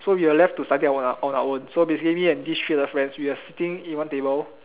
so we were to left to study on our own so basically me and this and three other friends we were sitting in one table